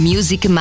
Music